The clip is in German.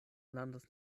landes